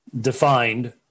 defined